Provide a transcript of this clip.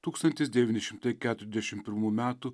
tūkstantis devyni šimtai keturiasdešim pirmų metų